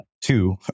Two